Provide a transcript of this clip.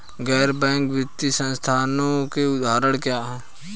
गैर बैंक वित्तीय संस्थानों के उदाहरण क्या हैं?